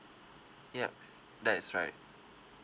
ya that is right